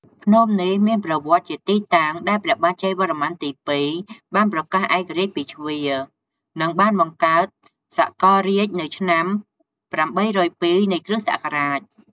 ភ្នំនេះមានប្រវត្តិ ជាទីតាំងដែលព្រះបាទជ័យវរ្ម័នទី២ បានប្រកាសឯករាជ្យពីជ្វា និងបានបង្កើតសកលរាជ្យនៅឆ្នាំ ៨០២ នៃគ.ស.។